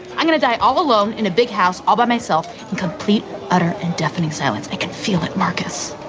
i'm gonna die all alone in a big house all by myself. complete, utter and deafening silence. i can feel it. marcus.